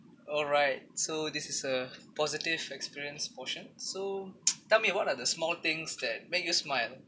alright so this is a positive experience portion so tell me what are the small things that make you smile